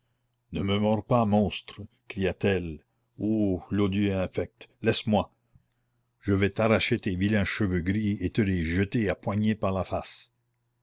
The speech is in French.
ne me mords pas monstre cria-t-elle oh l'odieux infect laisse-moi je vais t'arracher tes vilains cheveux gris et te les jeter à poignées par la face